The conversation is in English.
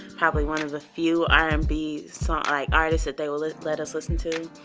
probably one of the few r and b song, like artists that they will let let us listen to.